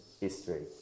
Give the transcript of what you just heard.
history